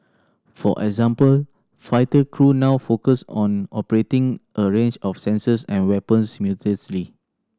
for example fighter crew now focus on operating a range of sensors and weapons simultaneously